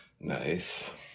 Nice